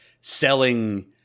selling